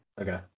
Okay